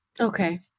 Okay